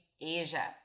Asia